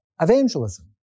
evangelism